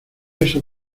eso